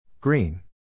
Green